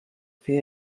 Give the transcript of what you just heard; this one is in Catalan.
fer